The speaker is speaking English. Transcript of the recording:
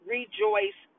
Rejoice